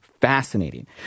fascinating